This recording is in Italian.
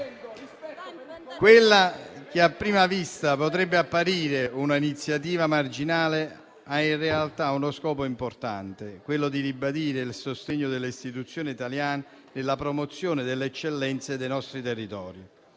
Quella che a prima vista potrebbe apparire una iniziativa marginale ha in realtà uno scopo importante, cioè quello di ribadire il sostegno delle istituzioni italiane nella promozione delle eccellenze dei nostri territori.